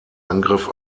angriff